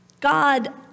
God